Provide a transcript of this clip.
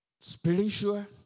Spiritual